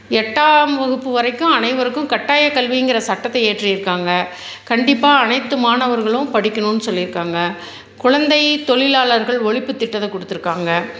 எட்டாம் வகுப்பு வரைக்கும் அனைவருக்கும் கட்டாயம் கல்விங்கறதை சட்டத்தை இயற்றிருக்காங்கள் கண்டிப்பாக அனைத்து மாணவர்களும் படிக்கணுன்னு சொல்லிருக்காங்கள் குழந்தை தொழிலாளர்கள் ஒழிப்பு திட்டத்தை கொடுத்துருக்காங்க